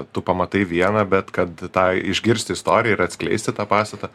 tu pamatai vieną bet kad tą išgirsti istoriją ir atskleisti tą pastatą